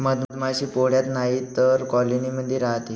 मधमाशी पोळ्यात नाहीतर कॉलोनी मध्ये राहते